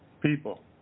people